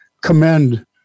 commend